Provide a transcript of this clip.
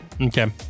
Okay